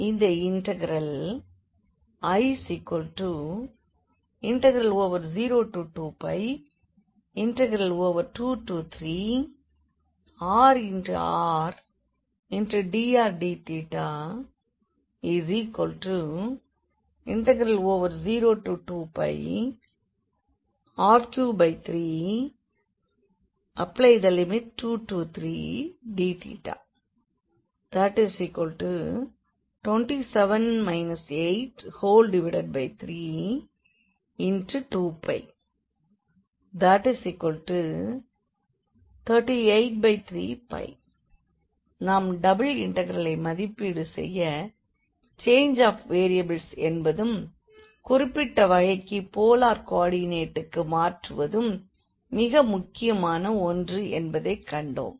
இந்த integral I02π23rrdrdθ02πr3323dθ 27 832π383 நாம் double இண்டெக்ரலை மதிப்பீடு செய்ய சேஞ்ச் ஆஃப் வேரியபிள்ஸ் என்பதும் குறிப்பிட்ட வகைக்கு போலார் கோ ஆர்டினேட்டுக்கு மாற்றுவதும் மிக முக்கியமான ஒன்று என்பதைக் கண்டோம்